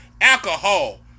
Alcohol